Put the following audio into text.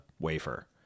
wafer